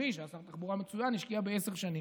קודמי, שהיה שר תחבורה מצוין, השקיע בה בעשר שנים.